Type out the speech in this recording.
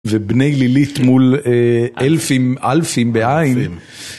ובני לילית מול אלפים בעין.